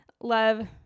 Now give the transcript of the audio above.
love